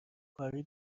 کاری